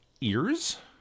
ears